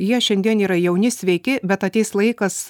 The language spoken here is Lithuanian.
jie šiandien yra jauni sveiki bet ateis laikas